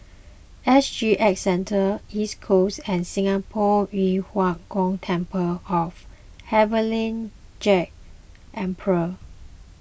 S G X Centre East Coast and Singapore Yu Huang Gong Temple of Heavenly Jade Emperor